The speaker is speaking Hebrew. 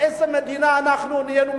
איזו מדינה אנחנו נהיינו,